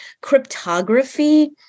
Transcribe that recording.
Cryptography